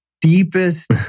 deepest